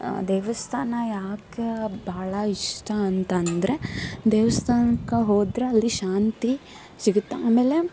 ದೇವಸ್ಥಾನ ಯಾಕೆ ಬಹಳ ಇಷ್ಟ ಅಂತ ಅಂದ್ರೆ ದೇವಸ್ಥಾನಕ್ಕೆ ಹೋದ್ರೆ ಅಲ್ಲಿ ಶಾಂತಿ ಸಿಗುತ್ತೆ ಆಮೇಲೆ